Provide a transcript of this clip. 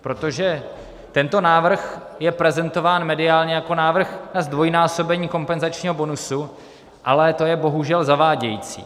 Protože tento návrh je prezentován mediálně jako návrh na zdvojnásobení kompenzačního bonusu, ale to je bohužel zavádějící.